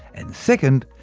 and second,